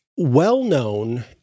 well-known